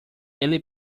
ele